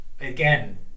again